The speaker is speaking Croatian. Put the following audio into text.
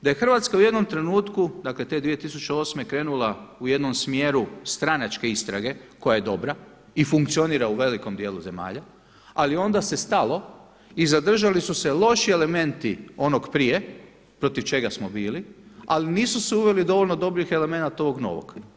Da je Hrvatska u jednom trenutku, dakle te 2008. krenula u jednom smjeru stranačke istrage koja je dobra i funkcionira u velikom dijelu zemalja ali onda se stalo i zadržali su se loši elementi onog prije protiv čega smo bili ali nisu se uveli dovoljno dobrih elemenata ovog novog.